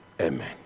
Amen